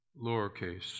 lowercase